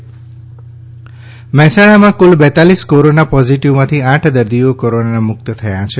Mehsana corona મહેસાણામાં કુલ બેતાલીસ કોરોના પોજિટિવમાંથી આંઠ દર્દીઓ કોરોના મુક્ત થયા છે